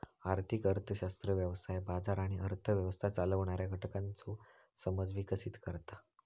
आर्थिक अर्थशास्त्र व्यवसाय, बाजार आणि अर्थ व्यवस्था चालवणाऱ्या घटकांचो समज विकसीत करता